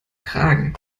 kragen